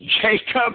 Jacob